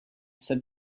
said